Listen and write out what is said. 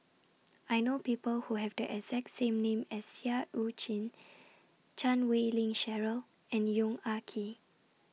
I know People Who Have The exact same name as Seah EU Chin Chan Wei Ling Cheryl and Yong Ah Kee